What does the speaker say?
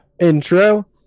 Intro